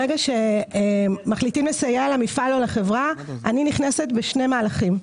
ברגע שמחליטים לסייע למפעל או לחברה אני נכנסת בשני מהלכים: